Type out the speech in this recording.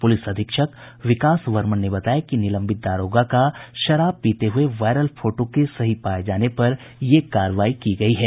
police अधीक्षक विकास वर्मन ने बताया कि निलंबित दारोगा का शराब पीते हुए वायरल फोटो के सही पाये जाने के बाद ये कार्रवाई की गयी है